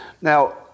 Now